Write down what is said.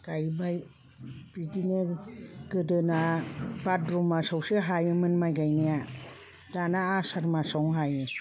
गायबाय बिदिनो गोदोना भाद्र' मासावसो हायोमोन माइ गायनाया दाना आसार मासावनो हायो